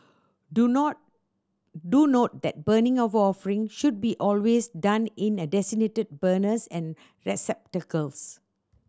do note do note that burning of offering should be always done in a designated burners and receptacles